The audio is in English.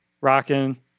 rocking